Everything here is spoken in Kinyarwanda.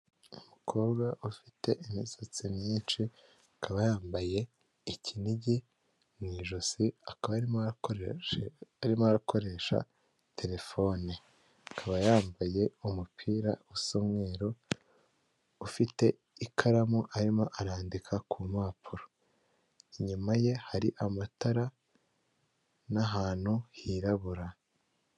Umukobwa ufite imisatsi myinshi akaba akaba yambaye ikinigi mu ijosi akaba arimo arakoresha telefone akaba yambaye umupira w'umweru ufite ikaramu arimo arandika ku mpapuro inyuma ye hari amatara n'ahantu hirabura.